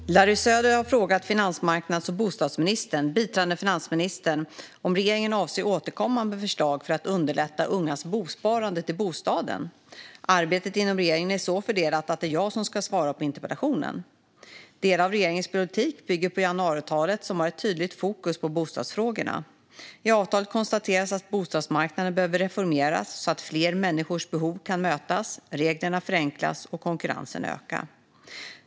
Fru talman! Larry Söder har frågat finansmarknads och bostadsministern, biträdande finansministern, om regeringen avser att återkomma med förslag för att underlätta för ungas sparande till bostaden. Arbetet inom regeringen är så fördelat att det är jag som ska svara på interpellationen. Delar av regeringens politik bygger på januariavtalet, som har ett tydligt fokus på bostadsfrågorna. I avtalet konstateras att bostadsmarknaden behöver reformeras så att fler människors behov kan mötas, reglerna förenklas och konkurrensen öka.